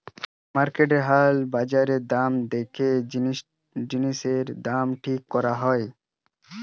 মার্কেটের হাল বাজার দর দেখে জিনিসের দাম ঠিক করা হয়